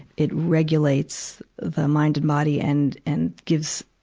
it regulates the mind and body and, and gives,